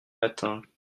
matins